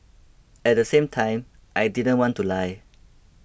at the same time I didn't want to lie